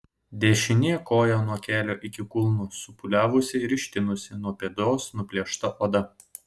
dešinė koja nuo kelio iki kulno supūliavusi ir ištinusi nuo pėdos nuplėšta oda